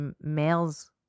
males